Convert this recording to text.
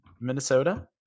Minnesota